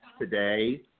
today